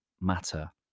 matter